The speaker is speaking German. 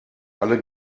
alle